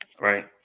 right